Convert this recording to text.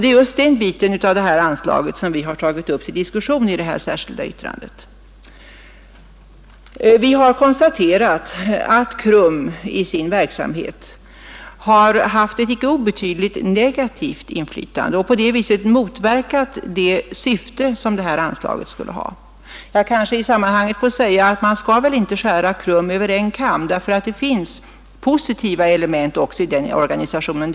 Det är just den biten av detta anslag som vi har tagit upp till diskussion i detta särskilda yttrande. Vi har konstaterat att KRUM i sin verksamhet haft ett icke obetydligt negativt inflytande och på det sättet motverkat det syfte som detta anslag skulle ha. Jag kanske i detta sammanhang får säga att man väl inte skall skära alla i KRUM över en kam, ty det finns även positiva element i den organisationen.